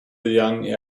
young